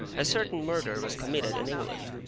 a certain murder was committed in england,